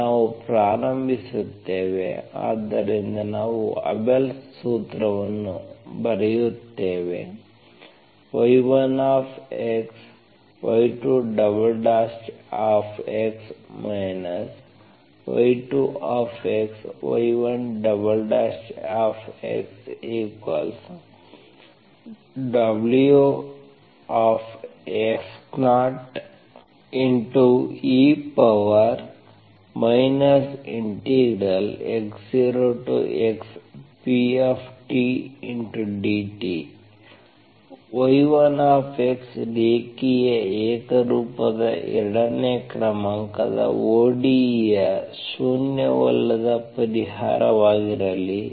ನಾವು ಪ್ರಾರಂಭಿಸುತ್ತೇವೆ ಆದ್ದರಿಂದ ನಾವು ಅಬೆಲ್ಸ್ Abels ಸೂತ್ರವನ್ನು ಬರೆಯುತ್ತೇವೆ y1xy2x y2xy1xWx0 e x0xpdt y1 ರೇಖೀಯ ಏಕರೂಪದ ಎರಡನೇ ಕ್ರಮಾಂಕದ ODE ಯ ಶೂನ್ಯವಲ್ಲದ ಪರಿಹಾರವಾಗಿರಲಿ